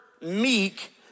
meek